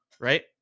right